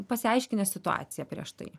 pasiaiškinę situaciją prieš tai